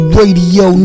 Radio